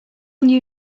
new